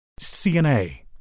CNA